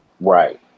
Right